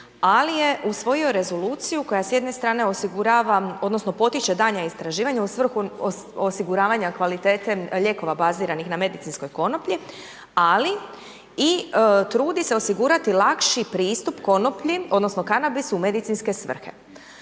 ali je usvojio rezoluciju koja s jedne strane osigurava odnosno potiče daljnja istraživanja u svrhu osiguravanja kvalitete lijekova baziranih na medicinskoj konoplji, ali i trudi se osigurati lakši pristup konoplji odnosno kanabisu u medicinske svrhe.